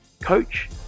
coach